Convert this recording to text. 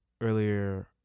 earlier